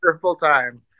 full-time